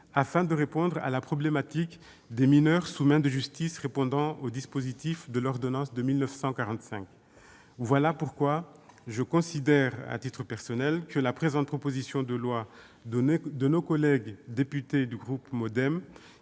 afin de répondre à la problématique des mineurs sous main de justice répondant au dispositif de l'ordonnance de 1945. Voilà pourquoi je considère, à titre personnel, que la présente proposition de loi de nos collègues députés du groupe MoDem,